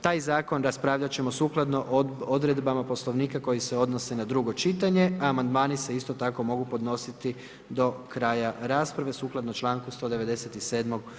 Taj zakon raspravljat ćemo sukladno odredbama Poslovnika koje se odnose na drugo čitanje a amandmani se isto tako mogu podnositi do kraja rasprave sukladno članku 197.